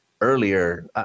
earlier